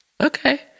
Okay